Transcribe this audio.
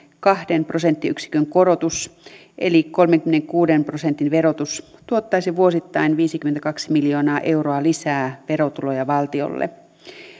kahden prosenttiyksikön korotus eli kolmenkymmenenkuuden prosentin verotus tuottaisi vuosittain viisikymmentäkaksi miljoonaa euroa lisää verotuloja valtiolle